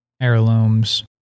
heirlooms